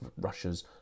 Russia's